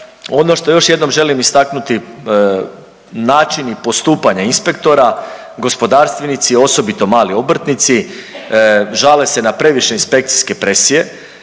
Ono što još jednom želim istaknuti načini i postupanja inspektora, gospodarstvenici osobito mali obrtnici žale se na previše inspekcijske presije,